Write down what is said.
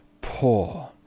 poor